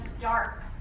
dark